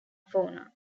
fauna